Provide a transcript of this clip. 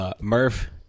Murph